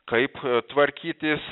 kaip tvarkytis